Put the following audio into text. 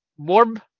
morb